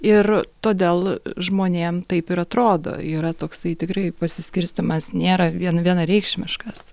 ir todėl žmonėm taip ir atrodo yra toksai tikrai pasiskirstymas nėra vien vienareikšmiškas